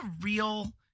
real